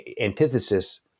antithesis